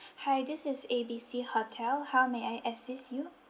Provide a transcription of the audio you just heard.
hi this is A B C hotel how may I assist you